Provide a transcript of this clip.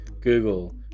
Google